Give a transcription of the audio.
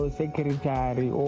secretary